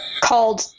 called